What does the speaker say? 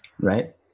Right